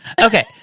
Okay